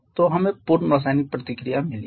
तो हमें पूर्ण रासायनिक प्रतिक्रिया मिली है